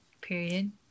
period